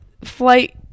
flight